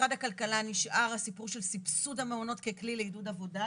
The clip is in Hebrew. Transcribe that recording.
משרד הכלכלה נשאר הסיפור של סבסוד המעונות ככלי לעידוד עבודה,